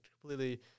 completely